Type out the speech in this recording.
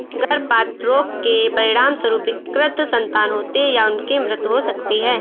गर्भपात रोग के परिणामस्वरूप विकृत संतान होती है या उनकी मृत्यु हो सकती है